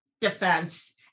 defense